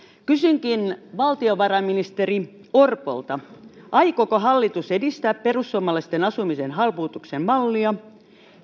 kysynkin valtiovarainministeri orpolta aikooko hallitus edistää perussuomalaisten asumisen halpuutuksen mallia